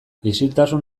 isiltasun